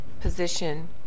position